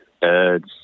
birds